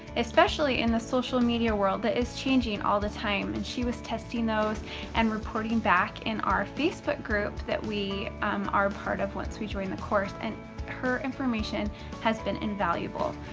especially in the social media world that is changing all the time. and she was testing those and reporting back in our facebook group that we are a part of once we join the course. and her information has been invaluable.